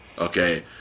Okay